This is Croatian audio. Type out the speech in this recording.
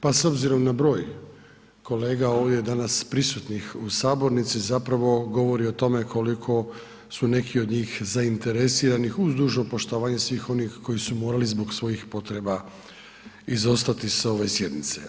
Pa s obzirom na broj kolega ovdje danas prisutnih u sabornici zapravo govori o tome koliko su neki od njih zainteresirani uz dužno poštovanje svih oni koji su morali zbog svojih potreba izostati s ove sjednice.